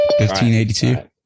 1582